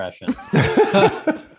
impression